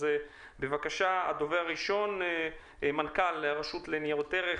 אז בבקשה הדובר הראשון מנכ"ל הרשות לניירות ערך,